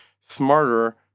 smarter